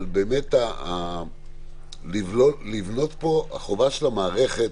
אבל באמת, החובה של המערכת,